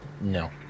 No